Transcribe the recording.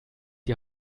die